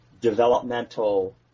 developmental